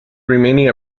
remaining